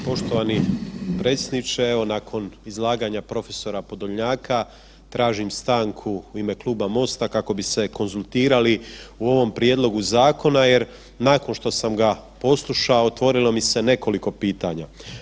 Poštovani predsjedniče, evo nakon izlaganja prof. Podolnjaka tražim stanku u ime Kluba MOST-a kako bi se konzultirali o ovom prijedlogu zakona jer nakon što sam ga poslušao otvorilo mi se nekoliko pitanja.